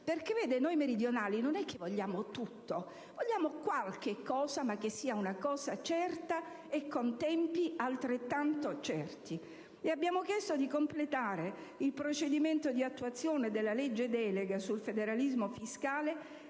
dello stesso. Noi meridionali non vogliamo tutto: vogliamo qualche cosa, ma che sia una cosa certa e con tempi altrettanto certi. Le abbiamo chiesto di completare il procedimento di attuazione della legge delega sul federalismo fiscale,